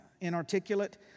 inarticulate